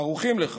ערוכים לכך,